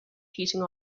heating